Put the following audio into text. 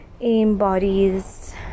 embodies